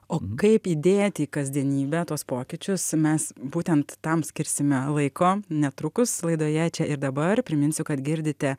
o kaip įdėti į kasdienybę tuos pokyčius mes būtent tam skirsime laiko netrukus laidoje čia ir dabar priminsiu kad girdite